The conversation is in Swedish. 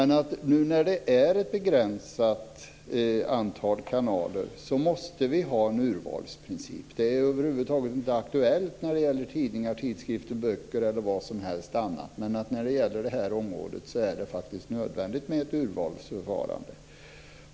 Nu när det är ett begränsat antal kanaler måste vi ha en urvalsprincip. Det är över huvud taget inte aktuellt när det gäller tidningar, tidskrifter, böcker eller vad som helst annat. Men när det gäller det här området är det faktiskt nödvändigt med ett urvalsförfarande.